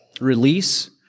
release